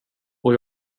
och